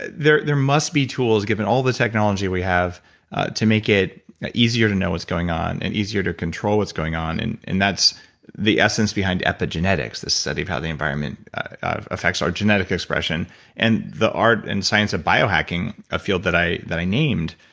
there there must be tools given, all the technology we have to make it easier to know what's going on and easier to control what's going on and and that's the essence behind epigenetics, this study of how the environment affects our genetic expression and, the art and science of bio hacking, a field that i that i named,